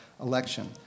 election